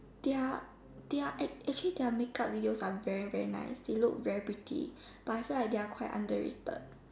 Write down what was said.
their their actually their make up videos are very very nice they look very pretty but I feel like they are quite underrated